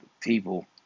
people